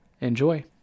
Enjoy